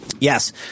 Yes